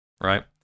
Right